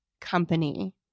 company